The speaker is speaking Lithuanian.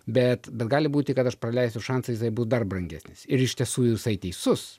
bet bet gali būti kad aš praleisiu šansą jisai bus dar brangesnis ir iš tiesų jisai teisus